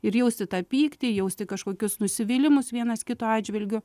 ir jausti tą pykti jausti kažkokius nusivylimus vienas kito atžvilgiu